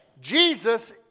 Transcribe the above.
Jesus